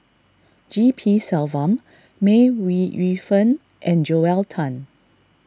G P Selvam May Ooi Yu Fen and Joel Tan